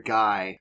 guy